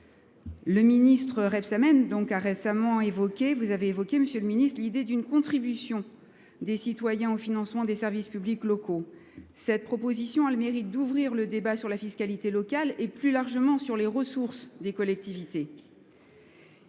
Le ministre Reb Samen a récemment évoqué l'idée d'une contribution des citoyens au financement des services publics locaux. Cette proposition a le mérite d'ouvrir le débat sur la fiscalité locale et plus largement sur les ressources des collectivités.